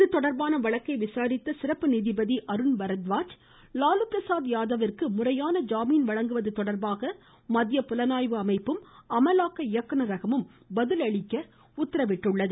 இவ்வழக்கை விசாரித்த சிறப்பு நீதிபதி அருண் பரத்வாஜ் லாலுபிரசாத் யாவிந்கு முறையான ஜாமீன் வழங்குவது தொடர்பாக மத்திய புலனாய்வு அமைப்பும் அமலாக்க இயக்குநரகமும் பதில் அளிக்க உத்தரவிட்டார்